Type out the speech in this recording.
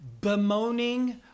bemoaning